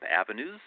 avenues